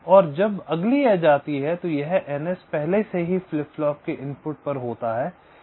और जब अगली एज आती है तो यह एनएस पहले से ही फ्लिप फ्लॉप के इनपुट पर होता है